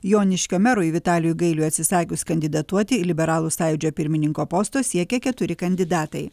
joniškio merui vitalijui gailiui atsisakius kandidatuoti į liberalų sąjūdžio pirmininko posto siekia keturi kandidatai